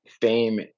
fame